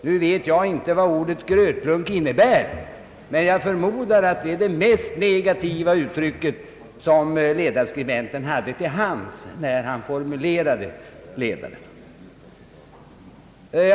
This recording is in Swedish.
Nu vet jag inte vad ordet grötlunk innebär, men jag förmodar att det är det mest negativa uttrycket som ledarskribenten hade till hands när han formulerade ledaren.